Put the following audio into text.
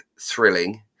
thrilling